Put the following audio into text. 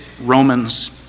Romans